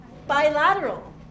Bilateral